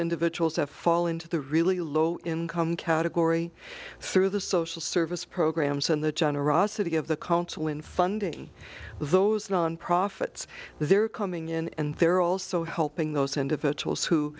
individuals have fall into the really low income category through the social service programs and the generosity of the council in funding those nonprofits they're coming in and they're also helping those individuals who